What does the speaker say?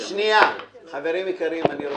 חברים יקרים, מה